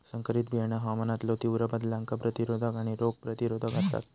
संकरित बियाणा हवामानातलो तीव्र बदलांका प्रतिरोधक आणि रोग प्रतिरोधक आसात